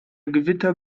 gewitter